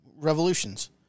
revolutions